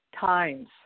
times